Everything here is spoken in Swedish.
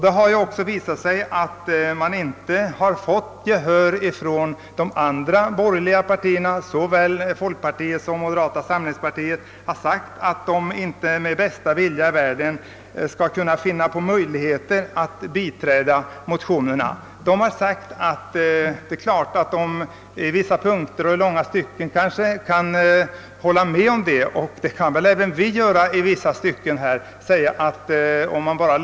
Det har ju också visat sig att motionärerna inte fått gehör från de övriga borgerliga partierna. Såväl folkpartiets som moderata samlingspartiets representanter i utskottet har sagt att man inte med bästa vilja i världen kan biträda motionerna, även om man på vissa punkter och kanske i långa stycken kan instämma i vad som sägs i motionerna. Det kan väl även vi på socialdemokratiskt håll göra.